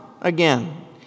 again